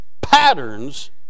patterns